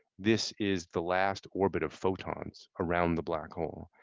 this is the last organ of photons around the black hole.